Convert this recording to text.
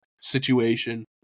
situation